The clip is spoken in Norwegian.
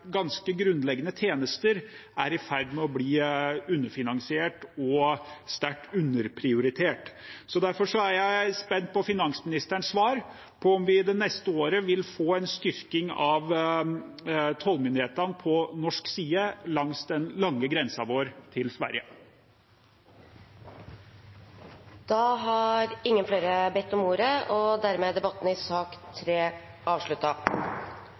ganske grunnleggende tjenester er i ferd med å bli underfinansiert og sterkt underprioritert. Derfor er jeg spent på finansministerens svar på om vi det neste året vil få en styrking av tollmyndighetene på norsk side, langs den lange grensa vår til Sverige. Flere har ikke bedt om ordet til sak nr. 3. Etter ønske fra komiteen vil presidenten ordne debatten